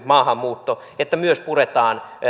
maahanmuuttoa myös puretaan